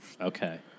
Okay